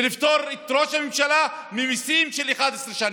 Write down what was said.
ולפטור את ראש הממשלה ממיסים של 11 שנים.